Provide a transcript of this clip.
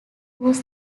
was